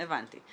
הבנתי.